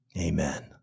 Amen